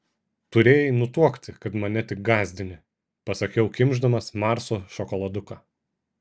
turėjai nutuokti kad mane tik gąsdini pasakiau kimš damas marso šokoladuką